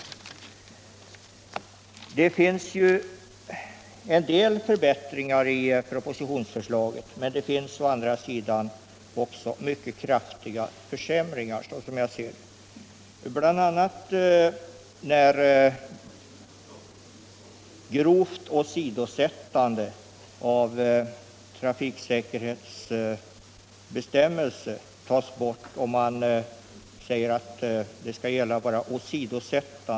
Utskottet har föreslagit en del förbättringar i propositionsförslaget men också mycket kraftiga försämringar, så som jag ser det — bl.a. när grovt åsidosättande av trafiksäkerhetsbestämmelser tas bort och utskottet säger att bara åsidosättande skall gälla.